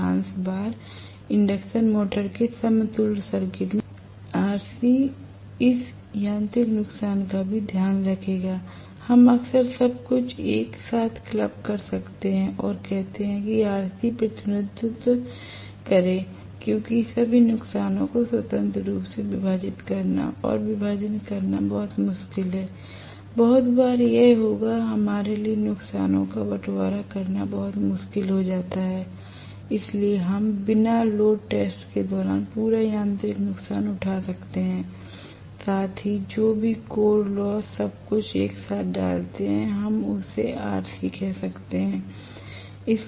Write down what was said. अधिकांश बार induction motor के समतुल्य सर्किट में RC इस यांत्रिक नुकसान का भी ध्यान रखेगा हम अक्सर सब कुछ एक साथ क्लब कर सकते हैं और कहते हैं कि RC प्रतिनिधित्व करें क्योंकि सभी नुकसानों को स्वतंत्र रूप से विभाजित करना या विभाजन करना बहुत मुश्किल है बहुत बार यह होगा हमारे लिए नुकसानों का बंटवारा करना बहुत मुश्किल हो जाता है इसलिए हम बिना लोड टेस्ट के दौरान पूरा यांत्रिक नुकसान उठा सकते हैं साथ ही जो भी कोर लॉस सब कुछ एक साथ डालते हैं उसे हम RC कह सकते हैं